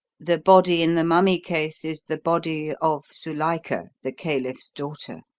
the body in the mummy-case is the body of zuilika, the caliph's daughter!